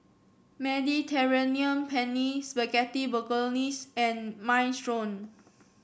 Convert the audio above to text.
Mediterranean Penne Spaghetti Bolognese and Minestrone